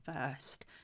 first